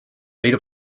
made